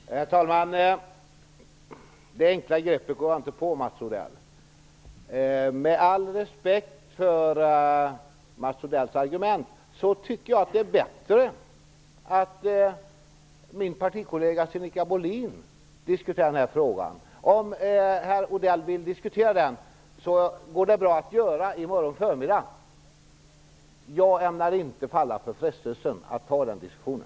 Herr talman! Det där enkla greppet går jag inte på, Med all respekt för Mats Odells argument tycker jag att det är bättre att min partikollega Sinikka Bohlin diskuterar den här frågan. Om Mats Odell vill diskutera den, går det bra att göra det i morgon förmiddag. Jag ämnar inte falla för frestelsen att ta den diskussionen.